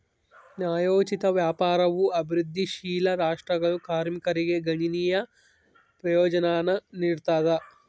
ನ್ಯಾಯೋಚಿತ ವ್ಯಾಪಾರವು ಅಭಿವೃದ್ಧಿಶೀಲ ರಾಷ್ಟ್ರಗಳ ಕಾರ್ಮಿಕರಿಗೆ ಗಣನೀಯ ಪ್ರಯೋಜನಾನ ನೀಡ್ತದ